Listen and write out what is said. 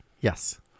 Yes